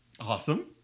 Awesome